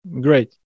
Great